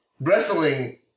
Wrestling